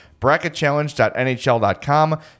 bracketchallenge.nhl.com